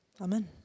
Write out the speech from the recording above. Amen